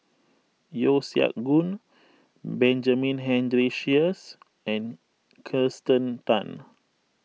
Yeo Siak Goon Benjamin Henry Sheares and Kirsten Tan